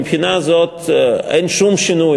מבחינה זו אין שום שינוי,